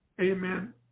amen